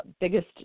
biggest